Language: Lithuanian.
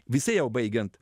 visai jau baigiant